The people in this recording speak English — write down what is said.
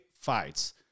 fights